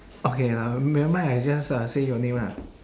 okay uh nevermind I just uh say your name ah